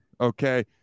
Okay